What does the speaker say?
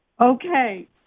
Okay